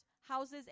houses